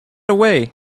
away